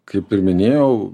kaip ir minėjau